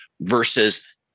versus